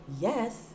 yes